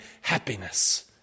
happiness